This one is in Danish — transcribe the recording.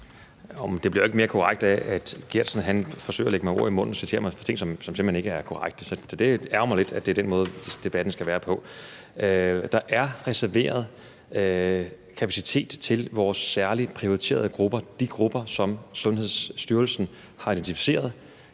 Det bliver ikke mere korrekt af, at Martin Geertsen forsøger at lægge mig ord i munden og citerer mig for ting, som simpelt hen ikke er korrekte. Så det ærgrer mig lidt, at det er den måde, debatten skal være på. Der er reserveret kapacitet til vores særlig prioriterede grupper, altså de grupper, som Sundhedsstyrelsen har identificeret